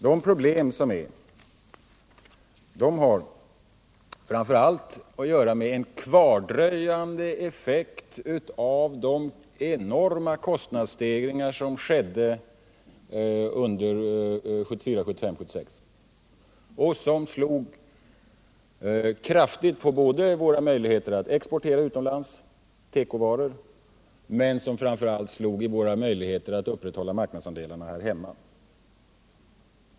De problem som finns har framför allt att göra med en kvardröjande effekt av de enorma kostnadsstegringar som skedde under perioden 1974-1976, som slog kraftigt både på våra möjligheter att exportera tekovaror utomlands och framför allt på våra möjligheter att upprätthålla marknadsandelar här hemma.